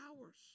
hours